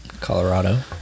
Colorado